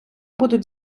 будуть